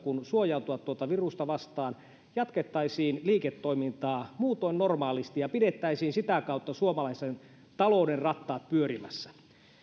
kuin suojautua tuota virusta vastaan jatkettaisiin liiketoimintaa muutoin normaalisti ja pidettäisiin sitä kautta suomalaisen talouden rattaat pyörimässä